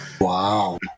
Wow